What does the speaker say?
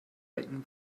wecken